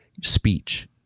Speech